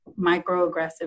microaggressive